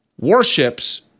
warships